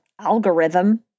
algorithm